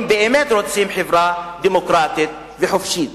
אם באמת רוצים חברה דמוקרטית וחופשית.